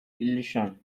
illusion